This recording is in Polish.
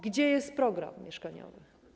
Gdzie jest program mieszkaniowy?